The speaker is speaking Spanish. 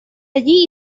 allí